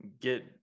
get